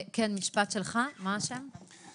כן, משפט שלך, מה השם?